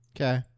Okay